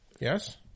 yes